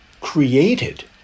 created